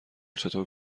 چطور